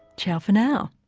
ciao for now